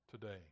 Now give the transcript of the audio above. today